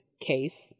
case